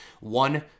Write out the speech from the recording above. One